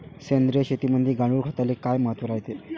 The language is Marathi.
सेंद्रिय शेतीमंदी गांडूळखताले काय महत्त्व रायते?